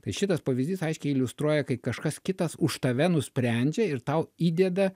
tai šitas pavyzdys aiškiai iliustruoja kai kažkas kitas už tave nusprendžia ir tau įdeda